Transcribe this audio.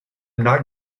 not